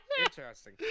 Interesting